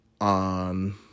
on